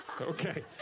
Okay